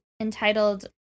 entitled